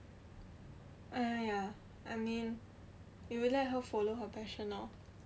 eh ya I mean you let her follow her passion lor